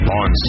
on